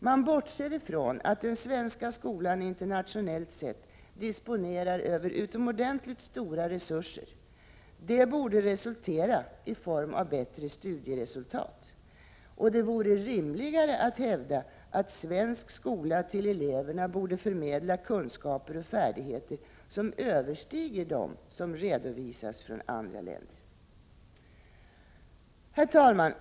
Man bortser från att den svenska skolan internationellt sett disponerar över utomordentligt stora resurser. Detta borde resultera i bättre studieresultat. Det vore rimligare att hävda att svensk skola till eleverna borde förmedla kunskaper och färdigheter som överstiger dem som redovisas från andra länder. Herr talman!